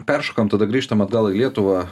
peršokam tada grįžtam atgal į lietuvą